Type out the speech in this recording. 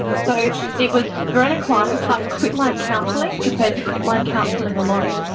so it was varenicline plus quitline counselling, compared to quitline counselling alone.